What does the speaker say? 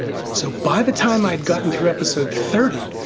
so by the time i had gotten through episode thirty,